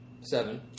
Seven